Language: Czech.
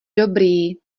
dobrý